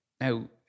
Now